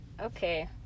Okay